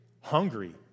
hungry